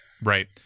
Right